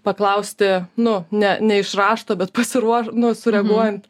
paklausti nu ne ne iš rašto bet pasiruoš nu sureaguojant